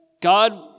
God